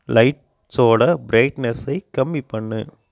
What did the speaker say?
லைட்ஸோடய ப்ரைட்னஸ்ஸை கம்மி பண்ணு